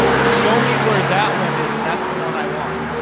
show me where that one is. and that's the one i want